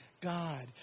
God